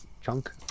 chunk